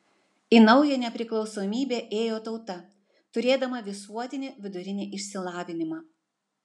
į naują nepriklausomybę ėjo tauta turėdama visuotinį vidurinį išsilavinimą